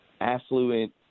affluent